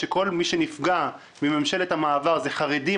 כשכל מי שנפגע מממשלת המעבר זה חרדים,